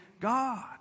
God